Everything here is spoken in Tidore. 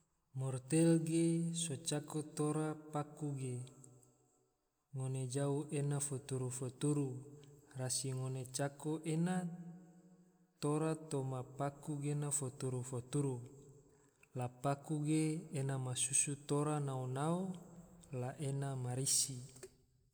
Murtel ge so cako tora paku ge, ngone jau ena fturu-fturu, rasi ngone cako ena toma pake gena fturu-fturu, la paku ge ena masusu tora nao-nao la ena marisi